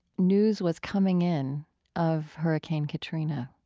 news was coming in of hurricane katrina